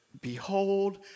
behold